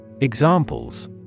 Examples